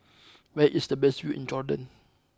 where is the best view in Jordan